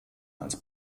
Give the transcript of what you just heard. als